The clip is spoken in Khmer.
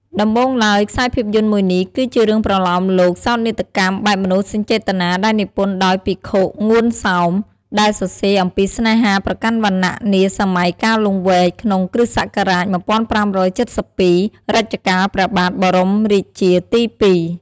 ដំបូងឡើយ ខ្សែភាពយន្តមួយនេះ គឺជារឿងប្រលោមលោកសោកនាដកម្មបែបមនោសញ្ចេតនា ដែលនិពន្ធដោយភិក្ខុ ងួនសោម ដែលសរសេរអំពីស្នេហាប្រកាន់វណ្ណៈនា សម័យកាលលង្វែក ក្នុង គ្រិស្តសករាជ ១៥៧២ រជ្ជកាលព្រះបាទ បរមរាជាទី២ ។